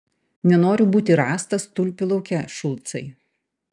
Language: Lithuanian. nenoriu būti rastas tulpių lauke šulcai